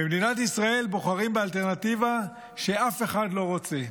במדינת ישראל בוחרים באלטרנטיבה שאף אחד לא רוצה.